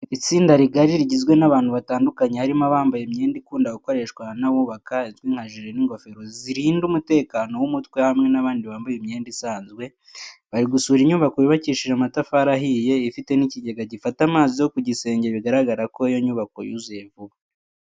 Itsinda rigari rigizwe n'abantu batandukanye harimo abambaye imyenda ikunda gukoreshwa n'abubaka izwi nka jire n'ingofero zirinda umutekano w'umutwe hamwe n'abandi bambaye imyenda isanzwe, bari gusura inyubako yubakishije amatafari ahiye, ifite n'ikigega gifata amazi yo ku gisenge bigaragara ko iyo nyubako yuzuye vuba.